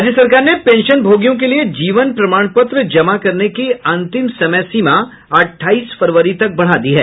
राज्य सरकार ने पेंशनभोगियों के लिये जीवन प्रमाणपत्र जमा करने की अंतिम समय सीमा अट्ठाईस फरवरी तक बढ़ा दी है